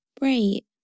Right